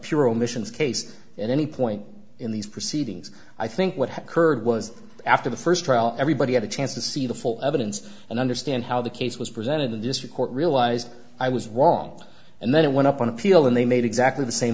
pure omissions case at any point in these proceedings i think what had occurred was after the first trial everybody had a chance to see the full evidence and understand how the case was presented the district court realized i was wrong and then it went up on appeal and they made exactly the same